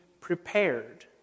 prepared